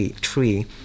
tree